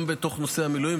גם בתוך נושא המילואים,